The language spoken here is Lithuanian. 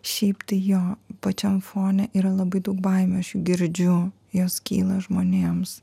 šiaip tai jo pačiam fone yra labai daug baimių aš jų girdžiu jos kyla žmonėms